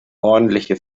ordentliche